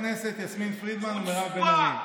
מטעם סיעת ישראל ביתנו שרון רופא אופיר.